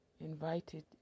invited